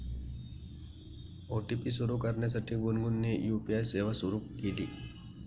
OTP सुरू करण्यासाठी गुनगुनने यू.पी.आय सेवा सुरू केली